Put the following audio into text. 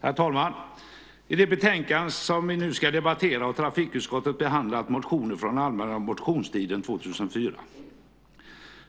Herr talman! I det betänkande som vi nu ska debattera har trafikutskottet behandlat motioner från allmänna motionstiden 2004.